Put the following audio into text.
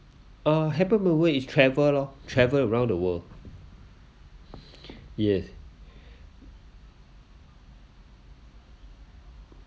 uh happy memory is travel lor travel around the world yes